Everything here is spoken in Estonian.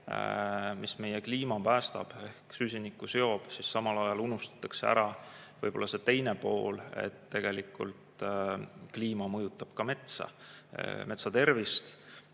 mis meie kliima päästab ehk süsinikku seob, siis samal ajal võib-olla unustatakse ära see teine pool, et tegelikult kliima mõjutab ka metsa – metsa tervist